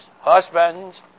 husbands